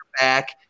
back